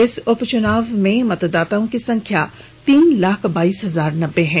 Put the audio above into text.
इस उपचुनाव में मतदाताओं की संख्या तीन लाख बाइस हजार नब्बे है